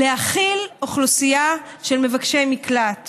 להכיל אוכלוסייה של מבקשי מקלט.